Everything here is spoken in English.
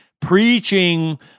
preaching